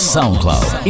SoundCloud